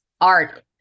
Art